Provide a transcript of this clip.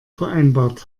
vereinbart